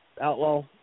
Outlaw